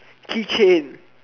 keychain